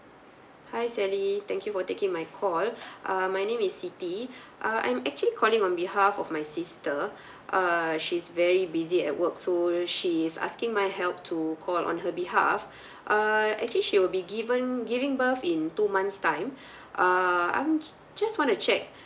hi sally thank you for taking my call uh my name is siti uh I'm actually calling on behalf of my sister err she's very busy at work so she's asking my help to call on her behalf err actually she will be given giving birth in two months time err I just want to check